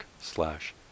slash